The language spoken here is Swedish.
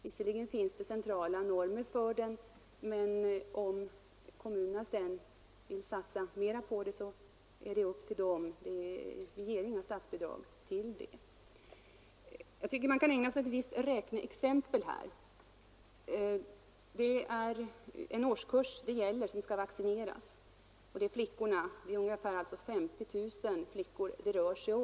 Visserligen finns det centrala normer för den, men om kommunerna vill satsa mera på den är det deras ensak. Vi ger inga statsbidrag till skolhälsovården. Vi kan ägna oss åt ett räkneexempel på den här punkten. Det är en årskurs flickor som skall vaccineras. Det blir ungefär 50 000 flickor.